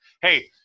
hey